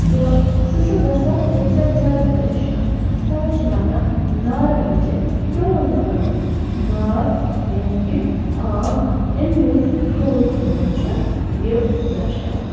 تہٕ سُہ چھُ گژھان تَمہِ سۭتۍ زیادٕ پَریشان تَوَے چھِ وَنان نارٕ وِزِ کرٛوٗل کھنُن نار یعنی کہِ آگ اَمہِ وزِ کرٛوٗل کھنُن چھُ یہِ درشاوان